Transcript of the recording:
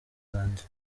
bwanjye